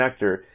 connector